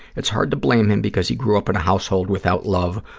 it's hard to blame him because he grew up in a household without love,